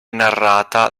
narrata